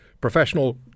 professional